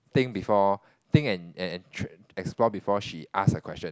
think before think and and tr~ explore before she ask a question